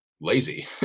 lazy